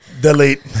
Delete